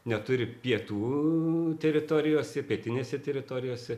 neturi pietų teritorijose pietinėse teritorijose